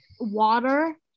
water